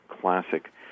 classic